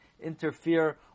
interfere